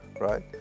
right